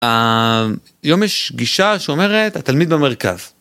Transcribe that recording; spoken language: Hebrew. היום יש גישה שאומרת התלמיד במרכז.